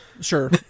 Sure